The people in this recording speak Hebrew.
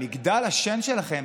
במגדל השן שלכם,